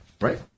right